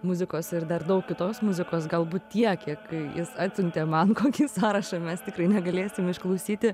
muzikos ir dar daug kitos muzikos galbūt tiek kiek jis atsiuntė man kokį sąrašą mes tikrai negalėsim išklausyti